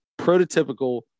prototypical